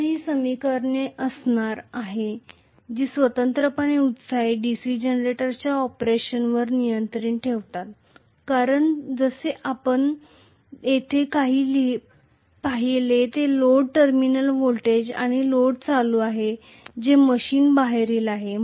तर ही समीकरणे असणार आहेत जी स्वतंत्रपणे एक्साइटेड DC जनरेटरच्या ऑपरेशनवर नियंत्रण ठेवतात कारण तसे आपण येथे जे काही पाहिले ते लोड टर्मिनल व्होल्टेज आणि लोड करंट आहे जे मशीनच्या बाहेरील आहे